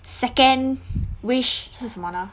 second wish 是什么呢